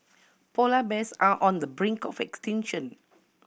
polar bears are on the brink of extinction